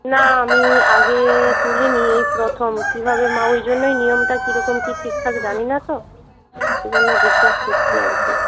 না আমি আগে তুলিনি এই প্রথম কীভাবে মা ওই জন্যই নিয়মটা কীরকম কী ঠিকঠাক জানি না তো সেই জন্য জিজ্ঞাসা করছি আর কি